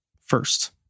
first